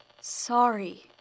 sorry